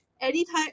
anytime